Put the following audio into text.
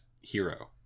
hero